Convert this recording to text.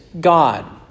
God